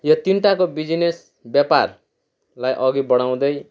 यो तिनवटाको बिजिनेस व्यापारलाई अघि बढाउँदै